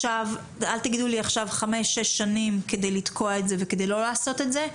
אל תגידו לי עכשיו חמש-שש שנים כדי לתקוע את זה וכדי לא לעשות את זה,